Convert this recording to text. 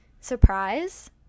Surprise